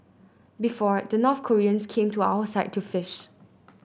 before the North Koreans came to our side to fish